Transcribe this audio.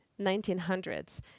1900s